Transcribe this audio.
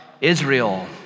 Israel